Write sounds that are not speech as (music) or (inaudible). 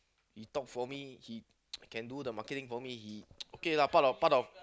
he talk for me he (noise) can do the marketing for me he (noise) okay lah part of part of